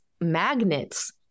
magnets